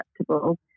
acceptable